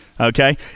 Okay